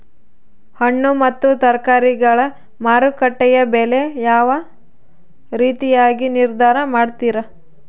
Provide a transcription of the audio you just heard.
ಹಣ್ಣು ಮತ್ತು ತರಕಾರಿಗಳ ಮಾರುಕಟ್ಟೆಯ ಬೆಲೆ ಯಾವ ರೇತಿಯಾಗಿ ನಿರ್ಧಾರ ಮಾಡ್ತಿರಾ?